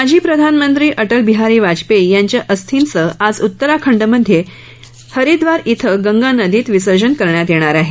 माजी प्रधानमंत्री अटल बिहारी वाजपेयी यांच्या अस्थिंचं आज उत्तराखण्डमधे हरीद्वारमध्ये गंगा नदीत विसर्जन करण्यात येणार आहे